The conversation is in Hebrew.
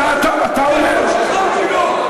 זו התנהגות שלך ושלו.